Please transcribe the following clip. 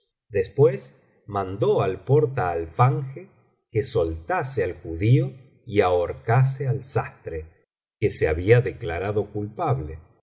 después mandó al portaalfanje que soltase al judío y ahorcase al sastre que se había declarado culpable